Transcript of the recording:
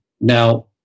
Now